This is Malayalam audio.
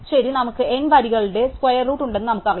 ശരി നമുക്ക് N വരികളുടെ സ്ക്വയർ റൂട്ട് ഉണ്ടെന്ന് നമുക്കറിയാം